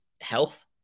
health